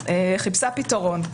חיפשה פתרון.